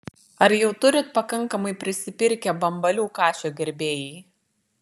ar jau turit pakankamai prisipirkę bambalių kašio gerbėjai